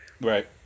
Right